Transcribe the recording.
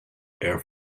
air